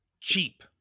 cheap